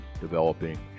developing